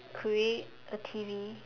create a T_V